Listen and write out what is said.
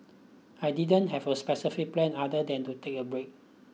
I didn't have a specific plan other than to take a break